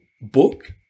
book